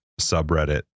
subreddit